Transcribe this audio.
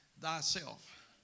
thyself